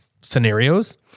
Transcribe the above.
scenarios